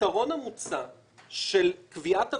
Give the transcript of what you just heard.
הפתרון המוצע של קביעת עבירה,